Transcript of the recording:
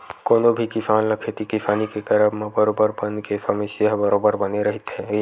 कोनो भी किसान ल खेती किसानी के करब म बरोबर बन के समस्या ह बरोबर बने रहिथे ही